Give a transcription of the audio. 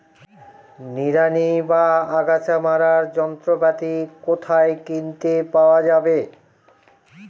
নিড়ানি বা আগাছা মারার যন্ত্রপাতি কোথায় কিনতে পাওয়া যাবে?